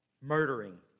Murdering